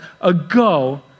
ago